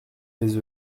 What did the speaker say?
des